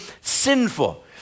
sinful